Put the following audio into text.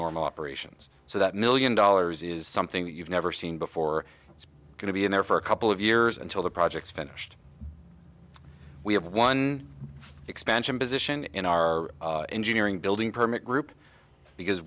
normal operations so that million dollars is something that you've never seen before it's going to be in there for a couple of years until the projects finished we have one expansion position in our engineering building permit group because